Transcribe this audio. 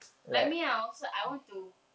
like me ah I also I want to